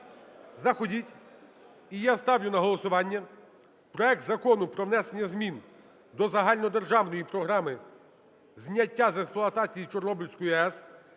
заходіть. І я ставлю на голосування проект Закону про внесення змін до Загальнодержавної програми зняття з експлуатації Чорнобильської АЕС